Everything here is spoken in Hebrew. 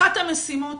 אחת המשימות